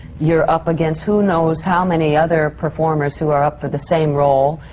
you're up against who knows how many other performers who are up for the same role,